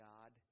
God